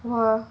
!wah!